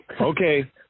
Okay